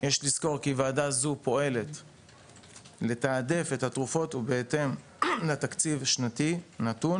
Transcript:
יש לזכור כי וועדה זו פועלת לתעדף את התרופות ובהתאם לתקציב שנתי נתון,